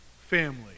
family